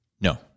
no